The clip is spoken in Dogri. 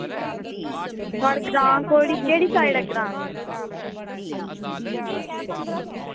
थुआढ़ा ग्रांऽ केह्ड़ी साईड ऐ ग्रांऽ